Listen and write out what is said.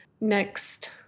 next